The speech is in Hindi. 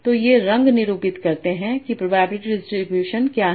तो ये रंग निरूपित करते हैं कि प्रोबेबिलिटी डिस्ट्रीब्यूशन क्या है